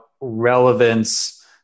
relevance